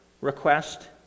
request